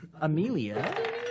Amelia